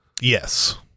yes